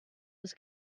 was